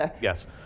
Yes